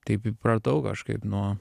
taip įpratau kažkaip nuo